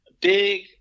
big